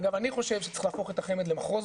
אגב, אני חושב שצריך להפוך את החמ"ד למחוז